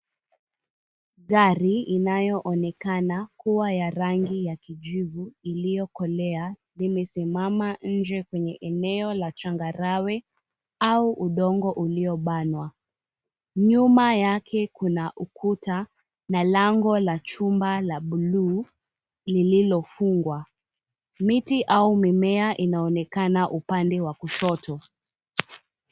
Gari inayoonekana kuwa ya rangi ya kijivu iloyokolea limesimama inje ya changarawe au udongo uliyobanwa nyuma yake Kuna ukuta na lango la chuma ya blu lililofungwa. Miti au mimea Inaonekana upande wa kushoto.